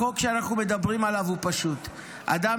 החוק שאנחנו מדברים עליו הוא פשוט: אדם